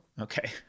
okay